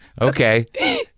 Okay